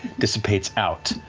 dissipates out,